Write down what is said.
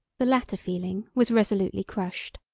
the latter feeling was resolutely crushed.